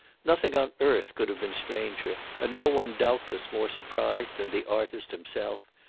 nothing on earth could have been stranger and no one doubtless more surprised than the artist himself,